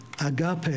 Agape